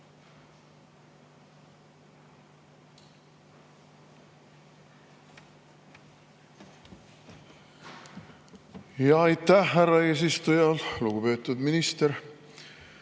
… Aitäh, härra eesistuja! Lugupeetud minister!